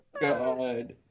God